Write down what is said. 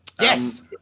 Yes